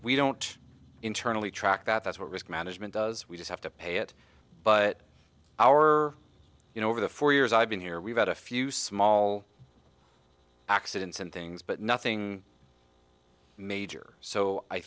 we don't internally track that that's what risk management does we just have to pay it but our you know over the four years i've been here we've had a few small accidents and things but nothing major so i